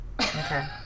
Okay